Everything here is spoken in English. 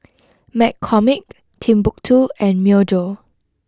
McCormick Timbuk two and Myojo